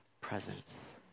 presence